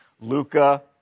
Luca